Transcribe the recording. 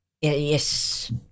Yes